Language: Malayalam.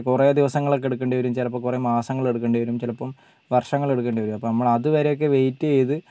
കുറെ ദിവസങ്ങളൊക്കെ എടുക്കേണ്ടിവരും ചിലപ്പോൾ കുറെ മാസങ്ങളെടുക്കേണ്ടിവരും ചിലപ്പം വർഷങ്ങളെടുക്കേണ്ടിവരും അപ്പം നമ്മളതുവരെയൊക്കെ വെയിറ്റ് ചെയ്ത്